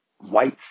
white